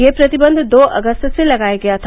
यह प्रतिबंध दो अगस्त से लगाया गया था